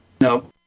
no